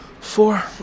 four